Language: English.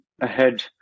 ahead